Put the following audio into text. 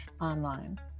online